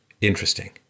interesting